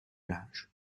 linge